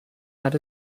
had